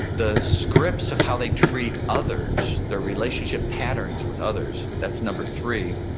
the scripts of how they treat others, their relationship patterns with others, that's number three,